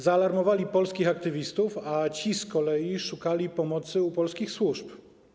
Zaalarmowali polskich aktywistów, a ci szukali pomocy u polskich służb.